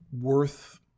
worth